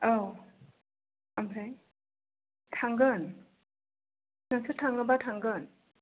औ ओमफ्राय थांगोन नोंसोर थाङोबा थांगोन